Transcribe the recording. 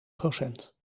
procent